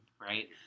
right